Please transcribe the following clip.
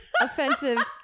offensive